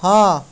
ହଁ